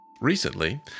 Recently